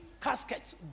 caskets